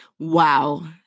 Wow